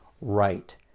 right